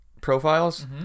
profiles